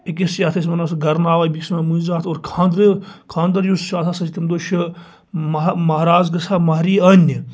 أکِس یتھ أسۍ وَنو اور خانٛدَر خانٛدَر یُس چھ آسان سُہ چھِ تمہِ دۄہ چھ مَہا مَہراز گَژھان مَہرٮ۪ن آننہِ